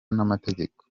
n’amategeko